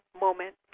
moment